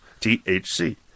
THC